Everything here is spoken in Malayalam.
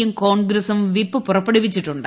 യും കോൺഗ്രസും വിപ്പ് പുറപ്പെടുവിച്ചിട്ടുണ്ട്